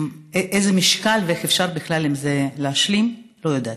איזה משקל ואיך אפשר בכלל להשלים עם זה, לא יודעת.